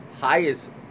highest